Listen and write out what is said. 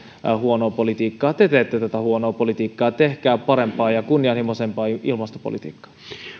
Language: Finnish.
huonoa politiikkaa te teette tätä huonoa politiikkaa tehkää parempaa ja kunnianhimoisempaa ilmastopolitiikkaa